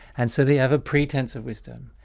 and so they have a pretence of wisdom.